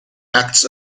acts